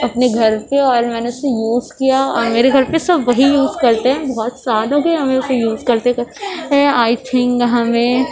اپنے گھر پہ اور میں نے اسے یوز کیا اور میرے گھر پہ سب وہی یوز کرتے ہیں بہت سال ہو گئے ہمیں اسے یوز کرتے کرتے آئی تھینک ہمیں